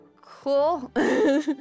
Cool